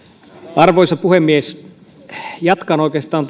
arvoisa puhemies jatkan oikeastaan